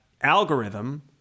algorithm